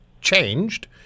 changed